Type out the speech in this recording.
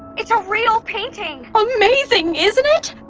it's a real painting! amazing, isn't it?